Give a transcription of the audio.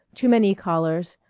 too many callers,